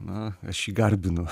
na aš jį garbinu